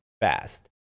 fast